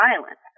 violence